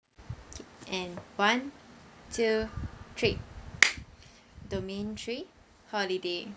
okay and one two three domain three holiday